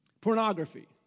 pornography